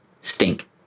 stink